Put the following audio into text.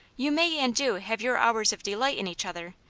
you may and do have your hours of delight in each other,